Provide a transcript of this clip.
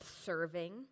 serving